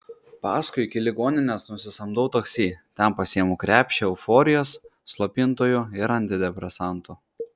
paskui iki ligoninės nusisamdau taksi ten pasiimu krepšį euforijos slopintojų ir antidepresantų